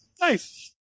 nice